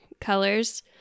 colors